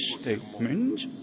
statement